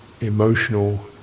emotional